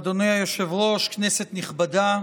אדוני היושב-ראש, כנסת נכבדה,